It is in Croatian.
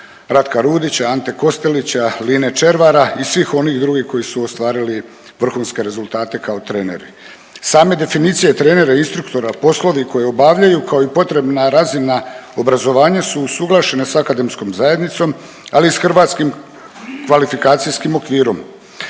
Ratka Rudića, Ante Kostelić, Line Červara i svih onih drugih koji su ostvarili vrhunske rezultate kao treneri. Same definicije trenera i instruktora, poslovi koje obavljaju kao i potrebna razina obrazovanja su usuglašena sa akademskom zajednicom ali i sa Hrvatskom kvalifikacijskim okvirom.